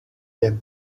them